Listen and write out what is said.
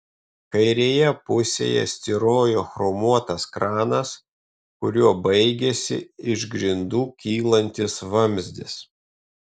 kairėje pusėje styrojo chromuotas kranas kuriuo baigėsi iš grindų kylantis vamzdis